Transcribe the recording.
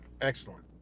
Excellent